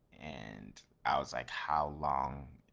and i was like how long,